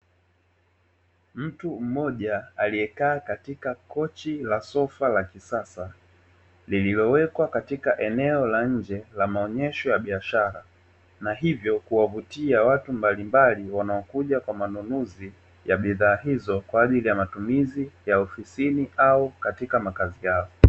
Mtu mmoja aliekaa katika kochi la sofa la kisasa, lililowekwa katika eneo la nje la maonesho ya biashara, na hivyo kuwavutia watu mbalimbali wanaokuja kwa manunuzi ya bidhaa hizo kwa ajili ya matumizi ya ofisini au katika makazi yao.